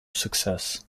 success